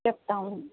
చెప్తాము